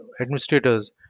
administrators